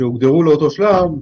שהוגדרו לאותו שלב.